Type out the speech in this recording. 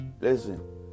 Listen